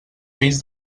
fills